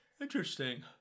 Interesting